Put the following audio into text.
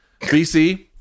BC